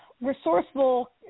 resourceful